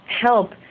help